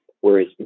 whereas